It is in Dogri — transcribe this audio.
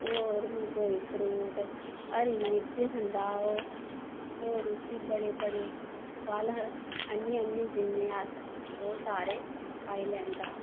और बी कोई फ्रूट हरी मिर्च खंदा ओह् और उसी बडे़ बडे़ फल आह्नी आह्नी दिन्ने अस ओह् सारे खाई लैंदा